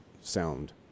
sound